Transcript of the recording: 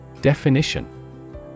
Definition